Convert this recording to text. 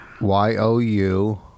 Y-O-U